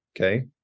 okay